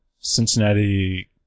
Cincinnati